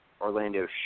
Orlando